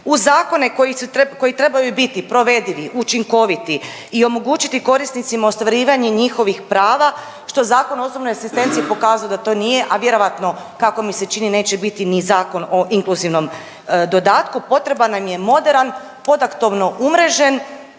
koji su, koji trebaju biti provedivi, učinkoviti i omogućiti korisnicima ostvarivanje njihovih prava što Zakon o osobnoj asistenciji pokazao je da to nije, a vjerojatno kako mi se čini neće biti ni Zakon o inkluzivnom dodatku potreban nam je moderan, podaktovno umrežen